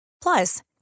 Plus